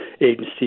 agency